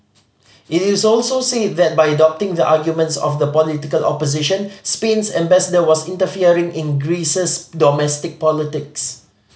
it is also said that by adopting the arguments of the political opposition Spain's ambassador was interfering in Greece's domestic politics